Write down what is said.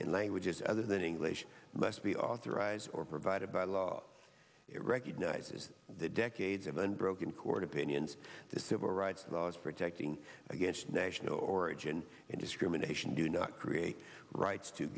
in languages other than english must be authorized or provided by law it recognizes that decades of unbroken court opinions the civil rights laws protecting against national origin and discrimination do not create rights to